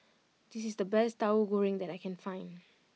this is the best Tauhu Goreng that I can find